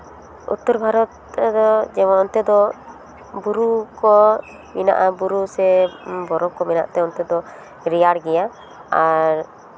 ᱩᱛᱛᱚᱨ ᱵᱷᱟᱨᱚᱛ ᱨᱮᱫᱚ ᱡᱮᱢᱚᱱ ᱚᱱᱛᱮ ᱫᱚ ᱵᱩᱨᱩ ᱠᱚ ᱢᱮᱱᱟᱜᱼᱟ ᱵᱩᱨᱩ ᱥᱮ ᱵᱚᱨᱚᱯᱷ ᱠᱚ ᱢᱮᱱᱟᱜ ᱛᱮ ᱚᱱᱛᱮ ᱫᱚ ᱨᱮᱭᱟᱲ ᱜᱮᱭᱟ ᱟᱨ